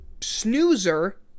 Snoozer